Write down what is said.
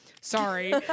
sorry